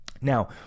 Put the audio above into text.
Now